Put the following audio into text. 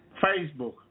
Facebook